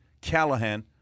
Callahan